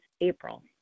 April